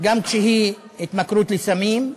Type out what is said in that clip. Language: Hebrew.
גם כשהיא התמכרות לסמים,